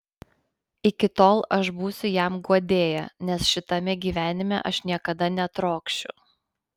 iki tol aš būsiu jam guodėja nes šitame gyvenime aš niekada netrokšiu